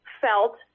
felt